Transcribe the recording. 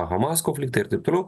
hamas konfliktą ir taip toliau